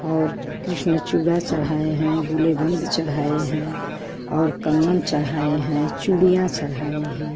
और कृष्ण चूड़ा चढ़ाए हैं गुलबंद चढ़ाए हैं और कंगन चढ़ाए हैं चूड़ियाँ चढ़ाए हैं